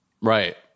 Right